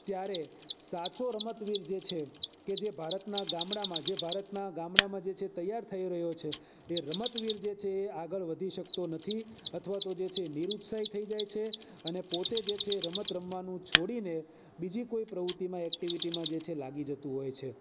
ત્યારે સાચો રમતવીર જે છે કે જે ભારતનાં ગામડામાં જે ભારતનાં ગામડામાં જે છે તૈયાર થઈ રહ્યો છે એ રમતવીર જે છે એ આગળ વધી શકતો નથી અથવા તો જે છે નિરુત્સાહી થઈ જાય છે અને પોતે જે છે રમત રમવાનું છોડીને બીજી કોઈ પ્રવૃત્તિમાં એક્ટિવિટીમાં જે છે લાગી જતું હોય છે